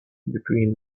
between